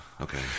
Okay